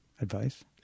Advice